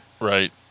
Right